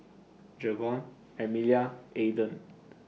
Jevon Emilia Aydan